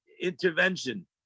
intervention